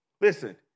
listen